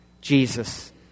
Jesus